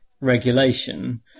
regulation